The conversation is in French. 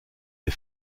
des